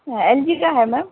ہاں ایل جی کا ہے میم